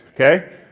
Okay